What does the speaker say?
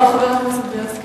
טוב, חבר הכנסת בילסקי.